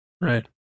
Right